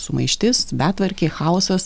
sumaištis betvarkė chaosas